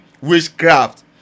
witchcraft